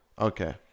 Okay